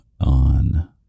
on